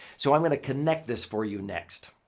so, i'm going to connect this for you next.